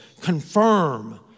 Confirm